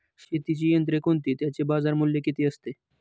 शेतीची यंत्रे कोणती? त्याचे बाजारमूल्य किती असते?